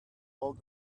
old